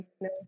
no